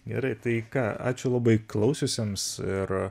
gerai tai ką ačiū labai klausiusiems ir